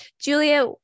Julia